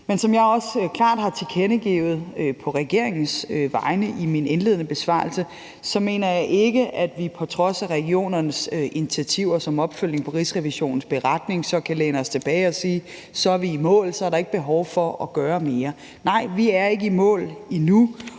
Men som jeg også klart har tilkendegivet på regeringens vegne i min indledende besvarelse, mener jeg ikke, at vi på trods af regionernes initiativer som opfølgning på Rigsrevisionens beretning kan læne os tilbage og sige: Så er vi i mål; så er der ikke behov for at gøre mere. Nej, vi er ikke i mål endnu,